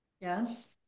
Yes